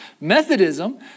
Methodism